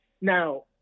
Now